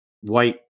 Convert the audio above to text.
white